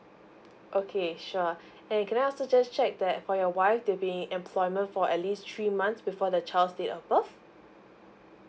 okay sure and can I also just check that for your wife that be in employment for at least three months before the child's date of birth